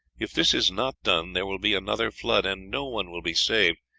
if this is not done there will be another flood, and no one will be saved,